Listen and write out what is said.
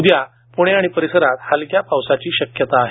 उद्या प्णे आणि परिसरात हलक्या पावसाची शक्यता आहे